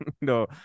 no